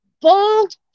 Bold